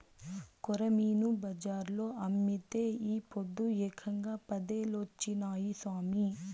కొరమీను బజార్లో అమ్మితే ఈ పొద్దు ఏకంగా పదేలొచ్చినాయి సామి